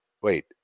wait